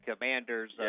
commander's